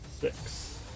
six